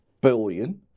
billion